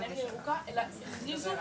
יש מאגר שלישי שתכף נכנס.